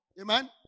Amen